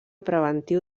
preventiu